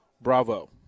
bravo